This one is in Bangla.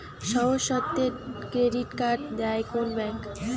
সহজ শর্তে ক্রেডিট কার্ড দেয় কোন ব্যাংক?